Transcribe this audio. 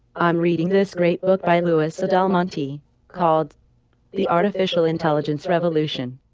i'm reading this great book by louis a. del monte called the artificial intelligence revolution.